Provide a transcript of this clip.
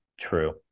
true